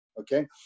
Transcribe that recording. Okay